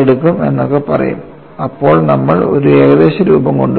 എടുക്കും എന്നൊക്കെ പറയുംഅപ്പോൾ നമ്മൾ ഒരു ഏകദേശ രൂപം കൊണ്ടുവരും